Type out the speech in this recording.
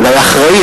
אולי האחראי,